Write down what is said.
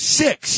six